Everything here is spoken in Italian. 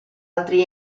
altri